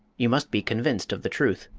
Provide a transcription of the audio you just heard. you must be convinced of the truth,